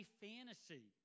fantasy